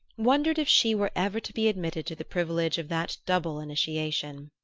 wondered if she were ever to be admitted to the privilege of that double initiation.